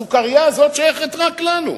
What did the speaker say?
הסוכרייה הזאת שייכת רק לנו.